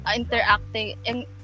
interacting